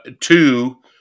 two